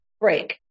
break